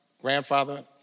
grandfather